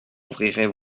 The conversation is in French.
ouvrirez